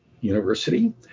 University